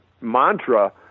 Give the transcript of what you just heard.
mantra